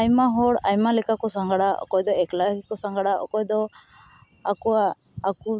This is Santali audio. ᱟᱭᱢᱟ ᱦᱚᱲ ᱟᱭᱢᱟ ᱞᱮᱠᱟ ᱠᱚ ᱥᱟᱸᱜᱷᱟᱨᱟ ᱚᱠᱚᱭ ᱫᱚ ᱮᱠᱞᱟ ᱜᱮᱠᱚ ᱥᱟᱸᱜᱷᱟᱨᱟ ᱟᱨ ᱚᱠᱚᱭ ᱫᱚ ᱟᱠᱚᱣᱟᱜ ᱟᱠᱚ